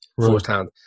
firsthand